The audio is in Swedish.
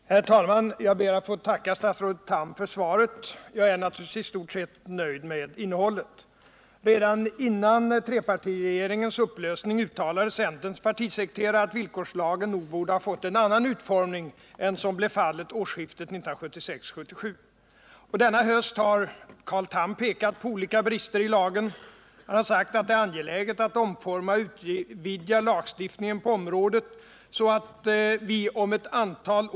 Billerud-Uddeholm AB planerar att minska antalet anställda i betydligt större omfattning än vad som tidigare aviserats. Förverkligas planerna kommer detta att få mycket stora konsekvenser för Värmland, där sysselsättningsläget redan är allvarligt. Mot bakgrund av statens tidigare engage mang i de förändringar bolagen vidtagit måste det anses angeläget med Nr 44 statliga åtgärder för att rädda jobben.